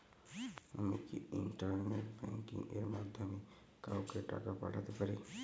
আমি কি internet banking এর মাধ্যমে কাওকে টাকা পাঠাতে পারি?